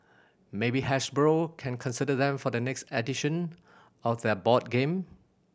maybe Hasbro can consider them for their next edition of their board game